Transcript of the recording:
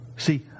See